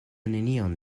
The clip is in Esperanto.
nenion